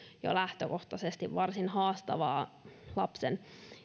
jo lähtökohtaisesti varsin haastavaa lasten